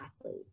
athlete